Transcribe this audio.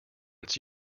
its